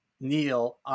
Neil